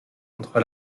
contre